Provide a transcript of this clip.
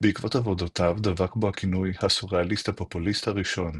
בעקבות עבודותיו דבק בו הכינוי "הסוריאליסט הפופוליסט הראשון",